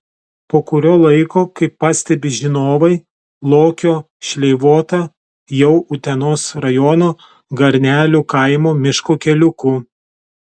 po kurio laiko kaip pastebi žinovai lokio šleivota jau utenos rajono garnelių kaimo miško keliuku